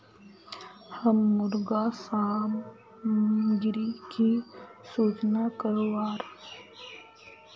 हम मुर्गा सामग्री की सूचना करवार?